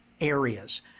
areas